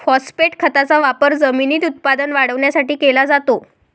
phosphate खताचा वापर जमिनीत उत्पादन वाढवण्यासाठी केला जातो